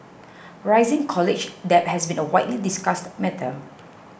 rising college debt has been a widely discussed matter